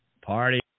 party